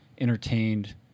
entertained